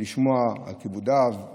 לשמוע על כיבודיו,